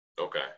Okay